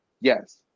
yes